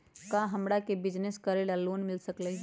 का हमरा के बिजनेस करेला लोन मिल सकलई ह?